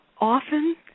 often